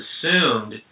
assumed